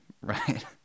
right